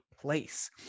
place